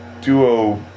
duo